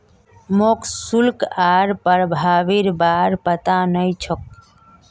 मोक शुल्क आर प्रभावीर बार पता नइ छोक